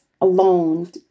alone